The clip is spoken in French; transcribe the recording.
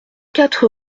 quatre